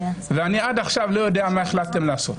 ועד עכשיו אני לא יודע מה החלטתם לעשות.